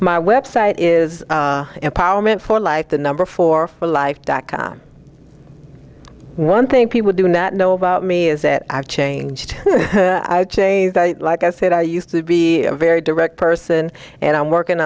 my website is empowerment for like the number four for life dot com one thing people do not know about me is that i've changed like i said i used to be a very direct person and i'm working